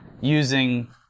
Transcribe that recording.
using